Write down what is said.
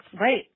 right